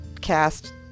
Cast